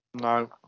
No